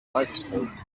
microscope